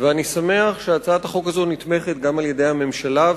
ואני שמח שהצעת החוק הזאת נתמכת גם על-ידי הממשלה,